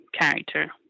character